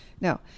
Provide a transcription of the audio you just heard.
No